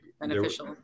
beneficial